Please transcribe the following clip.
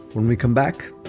when we come back,